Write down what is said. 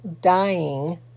dying